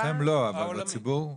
אתם לא, אבל הציבור.